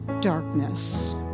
darkness